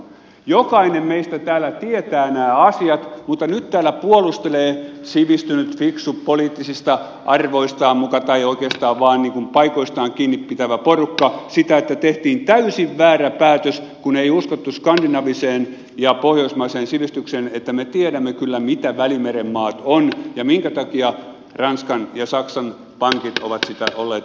jokainen meistä täällä tietää nämä asiat mutta nyt täällä puolustelee sivistynyt fiksu poliittisista arvoistaan muka tai oikeastaan vain niin kuin paikoistaan kiinni pitävä porukka sitä että tehtiin täysin väärä päätös kun ei uskottu skandinaaviseen ja pohjoismaiseen sivistykseen että me tiedämme kyllä mitä välimeren maat ovat ja minkä takia ranskan ja saksan pankit ovat sitä olleet hyödyntämässä